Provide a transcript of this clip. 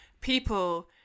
people